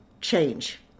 change